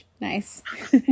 Nice